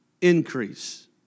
increase